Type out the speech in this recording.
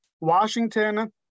Washington